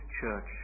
church